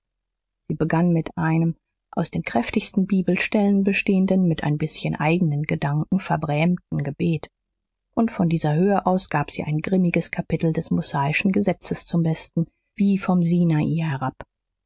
sie begann mit einem aus den kräftigsten bibelstellen bestehenden mit ein bißchen eigenen gedanken verbrämten gebet und von dieser höhe aus gab sie ein grimmiges kapitel des mosaischen gesetzes zum besten wie vom sinai herab